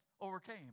overcame